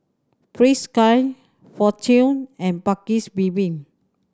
Frisky Fortune and Paik's Bibim